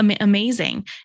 amazing